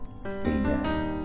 Amen